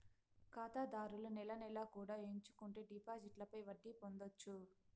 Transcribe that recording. ఖాతాదారులు నెల నెలా కూడా ఎంచుకుంటే డిపాజిట్లపై వడ్డీ పొందొచ్చు